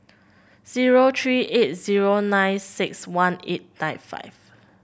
zero three eight zero nine six one eight nine five